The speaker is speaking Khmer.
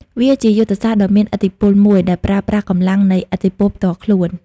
វាជាយុទ្ធសាស្ត្រដ៏មានឥទ្ធិពលមួយដែលប្រើប្រាស់កម្លាំងនៃឥទ្ធិពលផ្ទាល់ខ្លួន។